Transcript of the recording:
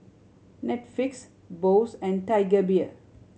Netflix Bose and Tiger Beer